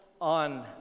on